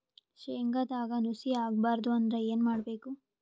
ಶೇಂಗದಾಗ ನುಸಿ ಆಗಬಾರದು ಅಂದ್ರ ಏನು ಮಾಡಬೇಕು?